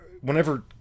whenever